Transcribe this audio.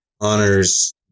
honors